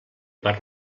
per